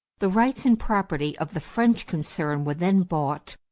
the rights and property of the french concern were then bought,